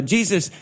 Jesus